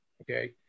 Okay